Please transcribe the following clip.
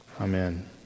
Amen